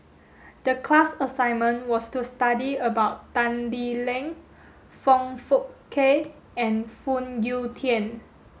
the class assignment was to study about Tan Lee Leng Foong Fook Kay and Phoon Yew Tien